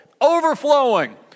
overflowing